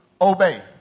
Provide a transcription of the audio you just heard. obey